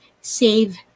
save